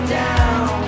down